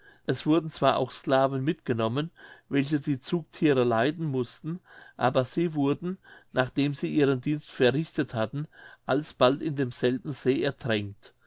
es wurden zwar auch sklaven mitgenommen welche die zugthiere leiten mußten aber sie wurden nachdem sie ihren dienst verrichtet hatten alsbald in demselben see ertränkt